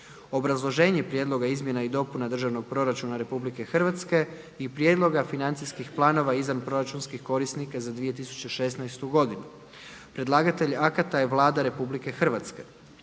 Obrazloženje prijedloga izmjena i dopuna Državnog proračuna RH i prijedloga financijskih planova izvanproračunskih korisnika za 2016. godinu. Predlagatelj akata je Vlada RH.